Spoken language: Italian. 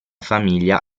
famiglia